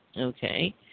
okay